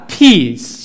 peace